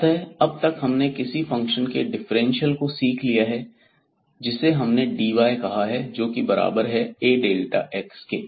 अतः अब तक हमने किसी फंक्शन के डिफरेंशियल को सीख लिया है जिसे हमने dy कहा है जोकि बराबर है Ax के